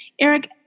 Eric